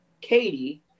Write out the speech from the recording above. Katie